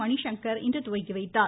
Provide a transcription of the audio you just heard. மணிசங்கர் இன்று துவக்கி வைத்தார்